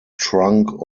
trunk